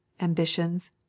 ambitions